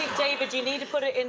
david, you need to put it in